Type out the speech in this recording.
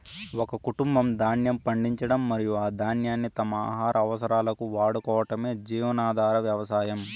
ఒక కుటుంబం ధాన్యం పండించడం మరియు ఆ ధాన్యాన్ని తమ ఆహార అవసరాలకు వాడుకోవటమే జీవనాధార వ్యవసాయం